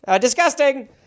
Disgusting